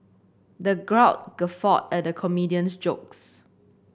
the crowd guffawed at the comedian's jokes